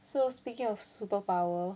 so speaking of superpower